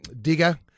digger